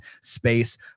space